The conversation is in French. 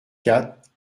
quatre